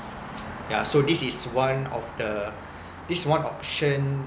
yeah so this is one of this is one option